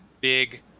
big